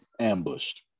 ambushed